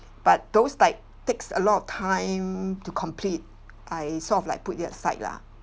but those like takes a lot of time to complete I sort of like put it aside lah